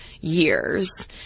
years